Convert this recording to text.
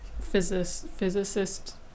physicist